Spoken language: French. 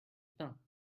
pain